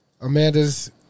Amanda's